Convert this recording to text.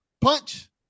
punch